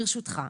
ברשותך,